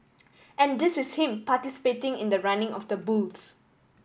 and this is him participating in the running of the bulls